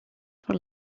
for